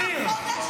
אם תיקח חודש,